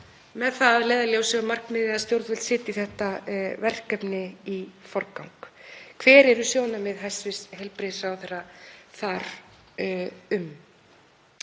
með það að leiðarljósi og markmiði að stjórnvöld setji þetta verkefni í forgang. Hver eru sjónarmið hæstv. heilbrigðisráðherra þar um?